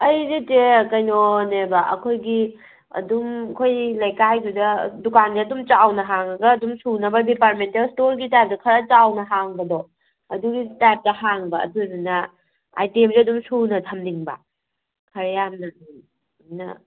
ꯑꯩꯗꯤ ꯆꯦ ꯀꯩꯅꯣꯅꯦꯕ ꯑꯩꯈꯣꯏꯒꯤ ꯁꯨꯝ ꯑꯩꯈꯣꯏ ꯂꯩꯀꯥꯏꯗꯨꯗ ꯗꯨꯀꯥꯟꯒ ꯑꯗꯨꯝ ꯆꯥꯎꯅ ꯍꯥꯡꯉꯒ ꯑꯗꯨꯝ ꯁꯨꯅꯕ ꯗꯤꯄꯥꯔꯃꯦꯟꯇꯦꯜ ꯏꯁꯇꯣꯔꯒꯤ ꯇꯥꯏꯞꯇ ꯈꯔ ꯆꯥꯎꯅ ꯍꯥꯡꯕꯗꯣ ꯑꯗꯨꯒꯤ ꯇꯥꯏꯞꯇ ꯍꯥꯡꯕ ꯑꯗꯨꯗꯨꯅ ꯑꯥꯏꯇꯦꯝꯁꯦ ꯑꯗꯨꯝ ꯁꯨꯅ ꯊꯝꯅꯤꯡꯕ ꯈꯔ ꯌꯥꯝꯅ ꯁꯨꯕꯖꯤꯅ